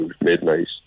midnight